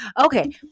Okay